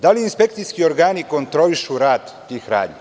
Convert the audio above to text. Da li inspekcijski organi kontrolišu rad tih radnji?